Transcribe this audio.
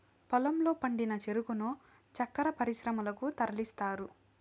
పొలంలో పండిన చెరుకును చక్కర పరిశ్రమలకు తరలిస్తారు